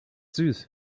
süß